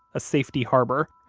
a safety harbor,